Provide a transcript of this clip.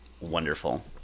wonderful